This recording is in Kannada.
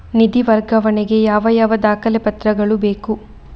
ನಿಧಿ ವರ್ಗಾವಣೆ ಗೆ ಯಾವ ಯಾವ ದಾಖಲೆ ಪತ್ರಗಳು ಬೇಕು?